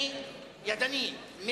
הצבעה ידנית.